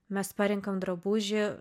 mes parenkam drabužį